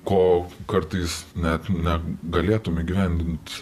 ko kartais net ne galėtum įgyvendint